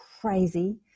crazy